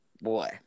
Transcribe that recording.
boy